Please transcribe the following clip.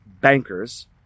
bankers